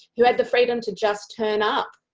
who has the freedom to just tonne up.